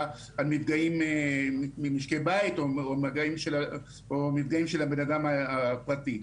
על מפגעים ממשקי בית או מפגעים של האדם הפרטי.